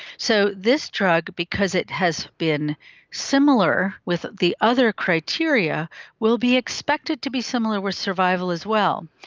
so this drug because it has been similar with the other criteria will be expected to be similar with survival as well.